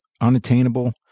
unattainable